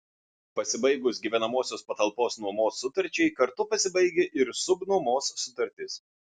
pasibaigus gyvenamosios patalpos nuomos sutarčiai kartu pasibaigia ir subnuomos sutartis